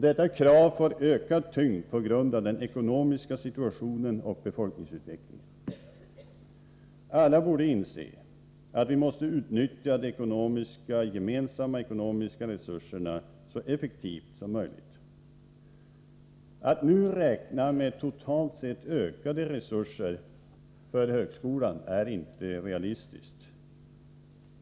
Detta krav får ökad tyngd på grund av den ekonomiska situationen och befolkningsutvecklingen. Alla borde inse att vi måste utnyttja de gemensamma ekonomiska resurserna så effektivt som möjligt. Att nu räkna med totalt sett ökade resurser för högskolan är inte realistiskt.